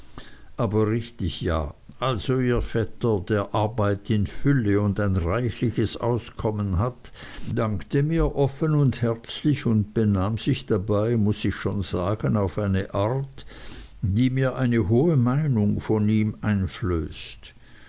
aber richtig ja also ihr vetter der arbeit in fülle und ein reichliches auskommen hat dankte mir offen und herzlich und benahm sich dabei muß ich schon sagen auf eine art die mir eine hohe meinung von ihm einflößt